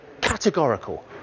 categorical